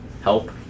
help